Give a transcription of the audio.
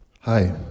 Hi